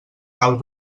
cal